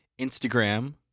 Instagram